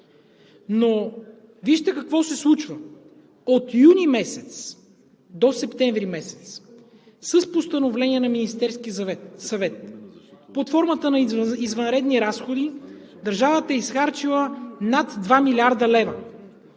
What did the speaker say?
Вижте какво се случва. От месец юни до месец септември с постановление на Министерския съвет под формата на извънредни разходи държавата е изхарчила над 2 млрд. лв.